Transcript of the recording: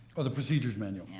oh, the procedures manual. yeah.